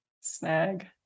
snag